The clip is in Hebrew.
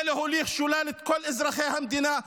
זה להוליך שולל את כל אזרחי המדינה.